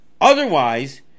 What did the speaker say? otherwise